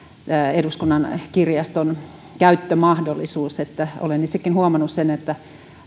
eduskunnan kirjaston käyttömahdollisuus olen itsekin huomannut sen että